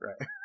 Right